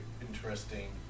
interesting